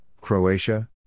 Croatia